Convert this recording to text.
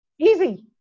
easy